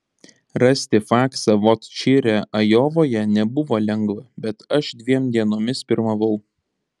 rasti faksą vot čire ajovoje nebuvo lengva bet aš dviem dienomis pirmavau